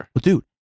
dude